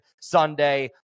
Sunday